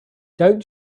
don’t